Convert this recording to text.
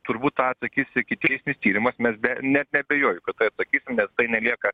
turbūt tą atsakys ikiteisminį tyrimą mes be net neabejoju kad tai atsakysim nes tai nelieka